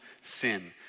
sin